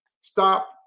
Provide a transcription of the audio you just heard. stop